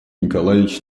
николаевич